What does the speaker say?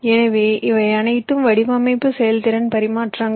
எனவே இவை அனைத்தும் வடிவமைப்பு செயல்திறன் பரிமாற்றங்கள்